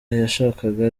yashakaga